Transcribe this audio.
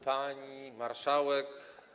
Pani Marszałek!